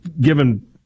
given